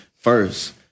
first